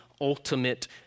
ultimate